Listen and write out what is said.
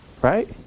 Right